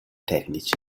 tecnici